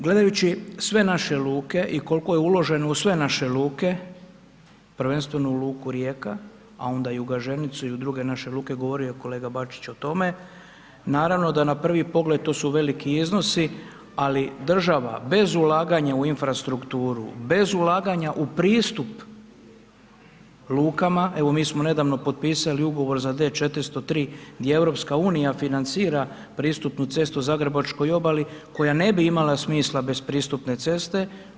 Gledajući sve naše luke i koliko je uloženo u sve naše luke, prvenstveno u luku Rijeka, a onda i u Gaženicu i u druge naše luke, govorio je kolega Bačić o tome, naravno da na prvi pogled, to su veliki iznosi, ali država bez ulaganja u infrastrukturu, bez ulaganja u pristup lukama, evo mi smo nedavno potpisali ugovor za D403, di EU financira pristupnu cestu zagrebačkoj obali koja ne bi imala smisla bez pristupne ceste.